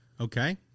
Okay